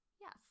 yes